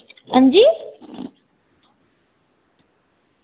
हां जी